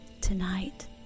Tonight